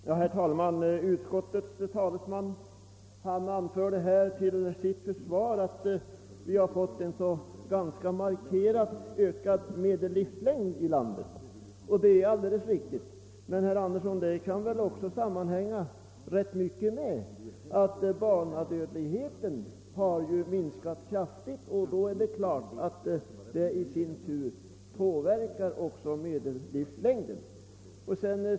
Herr talman! Utskottets talesman anförde till sitt försvar att vi har fått en markant ökad medellivslängd i landet, och det är alldeles riktigt. Men, herr Anderson, det kan väl också sammanhänga med att barnadödligheten kraftigt minskats — det är klart att det i sin tur påverkar också medellivslängden.